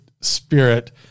spirit